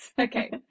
Okay